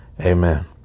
Amen